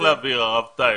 אני אשמח להבהיר, הרב טייב.